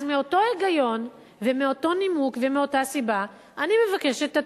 אז מאותו היגיון ומאותו נימוק ומאותה סיבה אני מבקשת,